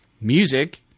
music